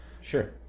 Sure